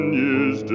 years